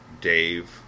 Dave